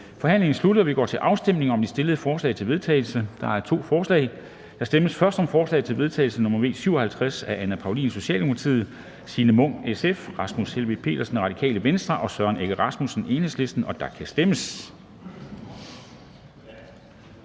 Forhandlingen er sluttet, og vi går til afstemning om de fremsatte forslag til vedtagelse. Der er to forslag. Der stemmes først om forslag til vedtagelse nr. V 57 af Anne Paulin (S), Signe Munk (SF), Rasmus Helveg Petersen (RV) og Søren Egge Rasmussen (EL), og der kan stemmes.